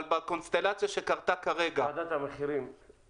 אבל בקונסטלציה שקרתה כרגע --- מעבר